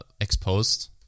exposed